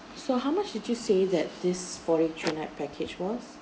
so how much did you say that this four day three night package was